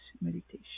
Meditation